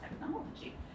technology